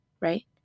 right